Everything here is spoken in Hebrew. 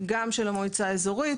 גם של המועצה האזורית,